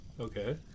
Okay